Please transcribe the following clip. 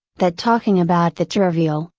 that talking about the trivial,